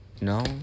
No